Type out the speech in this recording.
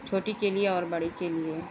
چھوٹی کے لیے اور بڑی کے لیے